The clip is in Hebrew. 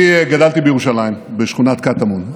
אני גדלתי בירושלים בשכונת קטמון.